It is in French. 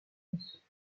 fausse